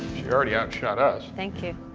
she already outshot us. thank you.